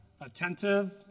attentive